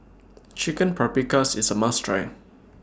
Chicken Paprikas IS A must Try